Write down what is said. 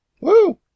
Woo